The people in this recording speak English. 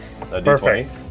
Perfect